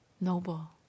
noble